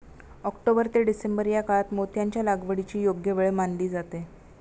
October ते December या काळात मोत्यांच्या लागवडीची योग्य वेळ मानली जाते